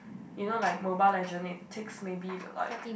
you know like Mobile-Legends it takes maybe like